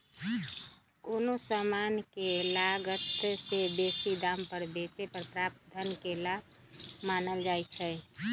कोनो समान के लागत से बेशी दाम पर बेचे पर प्राप्त धन के लाभ मानल जाइ छइ